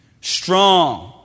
Strong